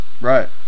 Right